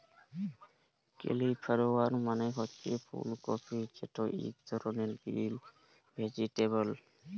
cauliflower মালে হছে ফুল কফি যেট ইক ধরলের গ্রিল ভেজিটেবল